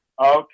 Okay